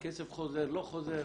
כסף חוזר או לא חוזר?